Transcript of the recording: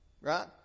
right